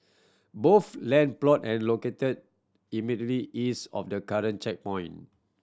both land plot and located immediately east of the current checkpoint